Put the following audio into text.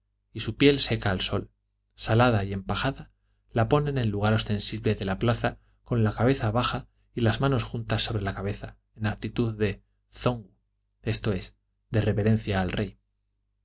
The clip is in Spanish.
y su piel seca al sol salada y empajada la ponen en lugar ostensible de la plaza con la cabeza baja y las manos juntas sobre la cabeza en actitud de zonga esto es de reverencia al rey